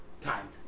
time